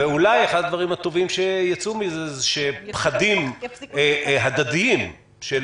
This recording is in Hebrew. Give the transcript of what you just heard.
אולי אחד הדברים הטובים שייצאו מזה הוא שפחדים הדדיים של